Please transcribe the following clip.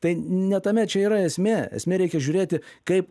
tai ne tame čia yra esmė esmė reikia žiūrėti kaip